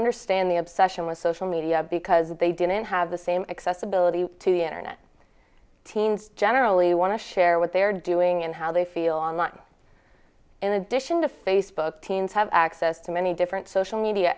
understand the obsession with social media because they didn't have the same accessibility to the internet teens generally want to share what they're doing and how they feel online in addition to facebook teens have access to many different social media